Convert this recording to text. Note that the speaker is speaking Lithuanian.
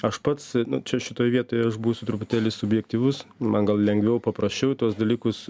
aš pats nu čia šitoj vietoj aš būsiu truputėlį subjektyvus man gal lengviau paprasčiau į tuos dalykus